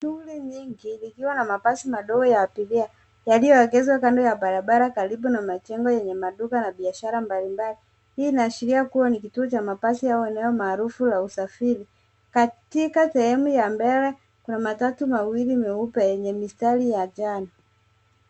Tungi nyingi likiwa na mabasi madogo ya abiria, yaliyoekezwa kando ya barabara karibu na majengo yenye maduka na biashara mbalimbali. Hii inaashiria kuwa ni kituo cha mabasi au eneo maarufu ya usafiri. Katika sehemu ya mbele kuna matatu mawili meupe yenye mistari ya njano.